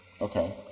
Okay